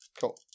cool